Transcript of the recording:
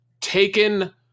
taken